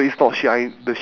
don't have makeup though